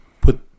put